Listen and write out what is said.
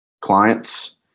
clients